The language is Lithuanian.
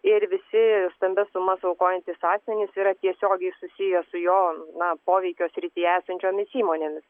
ir visi stambias sumas aukojantys asmenys yra tiesiogiai susiję su jo na poveikio srityje esančiomis įmonėmis